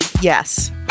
Yes